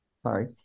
Sorry